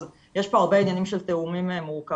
אז יש פה הרבה עניינים של תיאומים מורכבים.